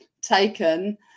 taken